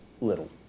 little